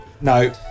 No